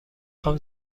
خوام